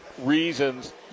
reasons